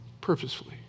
purposefully